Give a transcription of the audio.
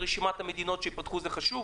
אני מבין שרשימת המדינות שייפתחו זה חשוב.